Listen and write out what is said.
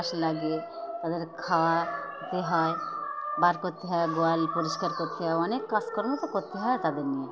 লাগে তাদের খাওয়া দিতে হয় বার করতে হয় গোয়াল পরিষ্কার করতে হয় অনেক কাজকর্ম তো করতে হয় তাদের নিয়ে